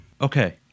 Okay